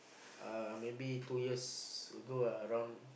uh maybe two years ago ah around